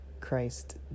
Christ